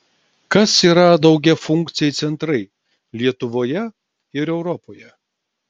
kas yra daugiafunkciai centrai lietuvoje ir europoje